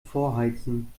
vorheizen